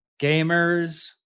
gamers